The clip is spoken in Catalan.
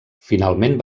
finalment